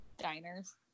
Diners